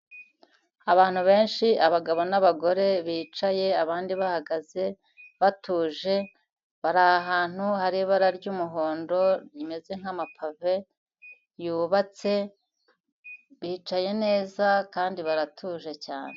Abantu benshi abagabo n'abagore bicaye abandi bahagaze batuje, bari ahantu hari ibara ry'umuhondo rimeze nkama pave yubatse, bicaye neza kandi baratuje cyane.